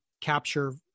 capture